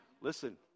Listen